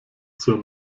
zur